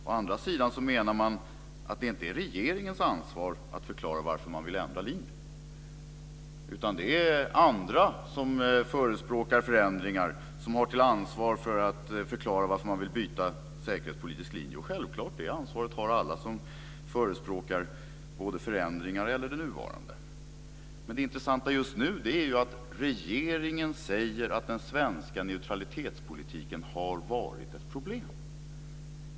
Å andra sidan menar man att det inte är regeringens ansvar att förklara varför man vill ändra linje, utan det är andra som förespråkar förändringar som har till ansvar att förklara att man vill byta säkerhetspolitisk linje. Självklart, det ansvaret har alla som förespråkar ändringar eller det nuvarande. Men det intressanta just nu är att regeringen säger att den svenska neutralitetspolitiken har varit ett problem.